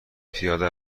پیاده